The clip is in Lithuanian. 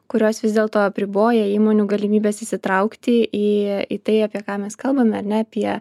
kurios vis dėlto apriboja įmonių galimybes įsitraukti į į tai apie ką mes kalbame ar ne apie